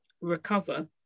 recover